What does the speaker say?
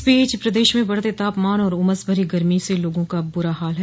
इस बीच प्रदेश में बढ़ते तापमान और उमस भरी गर्मी से लोगों का बुरा हाल है